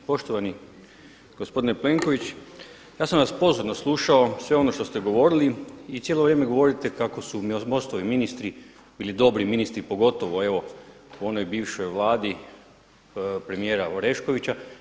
Poštovani gospodine Plenković, ja sam vas pozorno slušao sve ono što ste govorili i cijelo vrijeme govorite kako su MOST-ovi ministri bili dobri ministri pogotovo evo u onoj bivšoj Vladi premijera Oreškovića.